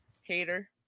Hater